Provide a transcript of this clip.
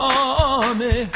army